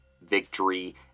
victory